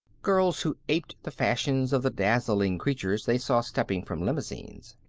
girls who aped the fashions of the dazzling creatures they saw stepping from limousines.